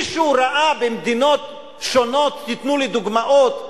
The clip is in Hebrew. מישהו ראה במדינות שונות, תיתנו לי דוגמאות,